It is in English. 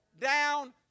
down